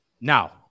Now